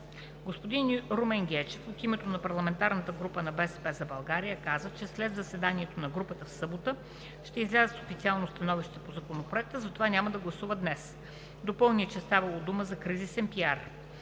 Господин Румен Гечев от името на парламентарната група „БСП за България“ каза, че след заседанието на групата в събота ще излязат с официално становище по Законопроекта и затова няма да гласуват днес. Допълни, че ставало дума за кризисен